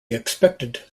expected